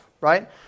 right